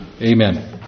Amen